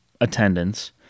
attendance